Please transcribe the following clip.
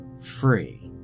free